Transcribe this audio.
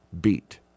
beat